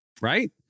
Right